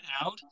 out